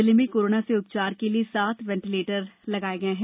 जिले में कोरोना से उपचार के लिए सात वेन्दीलेटर लगाये गये हैं